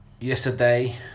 Yesterday